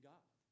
God